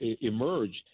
emerged